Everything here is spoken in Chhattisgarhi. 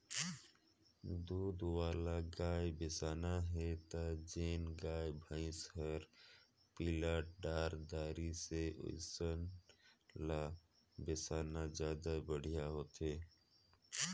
दूद वाला गाय बिसाना हे त जेन गाय, भइसी हर पिला डायर दारी से ओइसन ल बेसाना जादा बड़िहा होथे